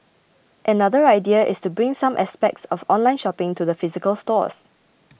another idea is to bring some aspects of online shopping to the physical stores